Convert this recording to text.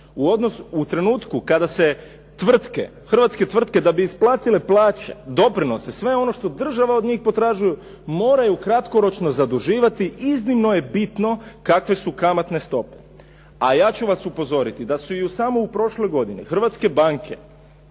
u trenutku kada se tvrtke, hrvatske tvrtke da bi isplatile plaće, doprinose, sve ono što država od njih potražuje moraju kratkoročno zaduživati, iznimno je bitno kakve su kamatne stope. A ja ću vas upozoriti da su i u samo prošloj godini hrvatske banke